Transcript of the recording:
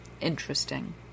interesting